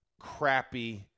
crappy